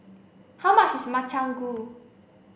how much is Makchang Gui